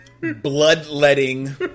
bloodletting